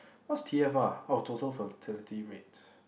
what's T_F_R oh total fertility rate